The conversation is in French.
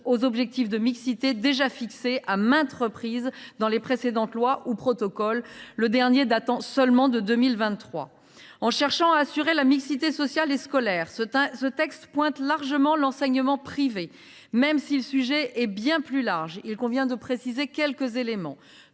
aux objectifs de mixité qui ont été fixés à maintes reprises dans les précédentes lois ou précédents protocoles, le dernier datant seulement de 2023. En cherchant à assurer la mixité sociale et scolaire, ce texte pointe largement l’enseignement privé. Si le sujet est bien plus large, quelques précisions s’imposent.